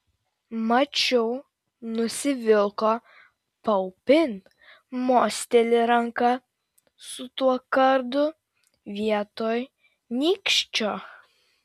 mačiau nusivilko paupin mosteli ranka su tuo kardu vietoj nykščio